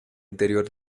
interior